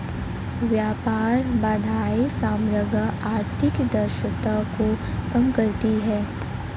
व्यापार बाधाएं समग्र आर्थिक दक्षता को कम करती हैं